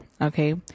okay